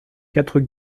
quatre